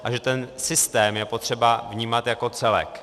A že ten systém je potřeba vnímat jako celek.